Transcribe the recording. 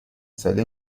ساله